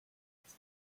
its